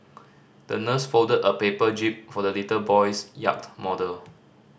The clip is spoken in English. the nurse folded a paper jib for the little boy's yacht model